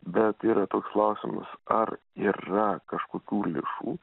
bet yra toks klausimas ar yra kažkokių lėšų